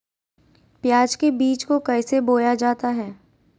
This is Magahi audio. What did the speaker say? प्याज के बीज को कैसे बोया जाता है?